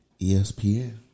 ESPN